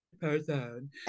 person